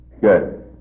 Good